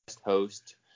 host